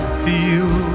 feel